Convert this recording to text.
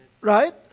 right